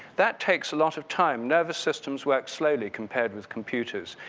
that takes a lot of time, nervous systems work slowly compared with computers.